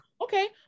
Okay